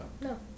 No